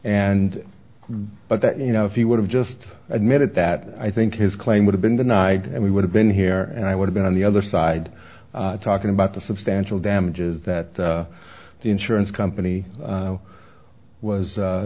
and but that you know if you would have just admitted that i think his claim would have been denied and we would have been here and i would have been on the other side talking about the substantial damages that the insurance company was